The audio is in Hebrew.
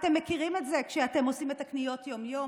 אתם מכירים את זה כשאתם עושים את הקניות יום-יום,